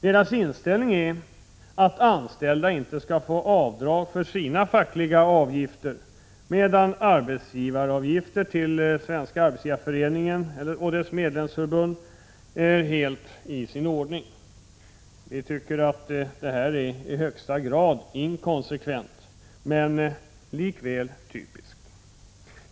Deras inställning är att de anställda inte skall få skattereduktion för sina fackliga avgifter, medan avdrag för arbetsgivaravgifter till Svenska arbetsgivareföreningen och dess medlemsförbund är helt i sin ordning. Det är i högsta grad inkonsekvent, men likväl typiskt.